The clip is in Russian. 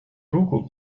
руку